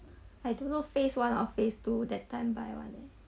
I don't know phase one or phase two that time buy [one] leh